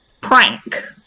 prank